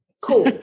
cool